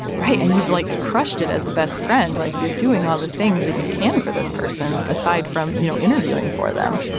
right. and you've like crushed it as the best friend like you're doing all the things that you can for this person aside from you know interviewing for them.